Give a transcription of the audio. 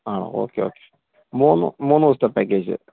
ആണോ okay okay മൂന്ന് മൂന്ന് ദിവസത്തെ പാക്കേജ്